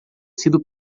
sido